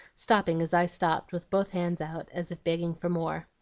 stopping as i stopped with both hands out as if begging for more.